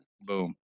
boom